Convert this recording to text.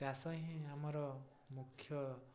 ଚାଷ ହିଁ ଆମର ମୁଖ୍ୟ